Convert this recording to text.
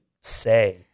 say